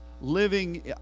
living